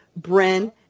Bren